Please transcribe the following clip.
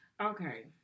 Okay